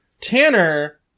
Tanner